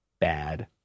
bad